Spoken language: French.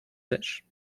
sèches